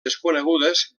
desconegudes